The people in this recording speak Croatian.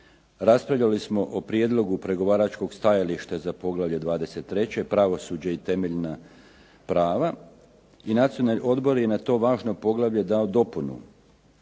Raspravljali smo o prijedlogu pregovaračkog stajališta za poglavlje 23. pravosuđe i temeljna prava, i Nacionalni odbor je na to važno poglavlje dao dopunu.